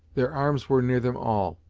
their arms were near them all,